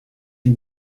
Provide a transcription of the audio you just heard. and